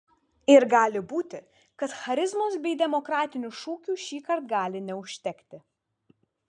ir gali būti kad charizmos bei demokratinių šūkių šįkart gali neužtekti